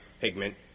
pigment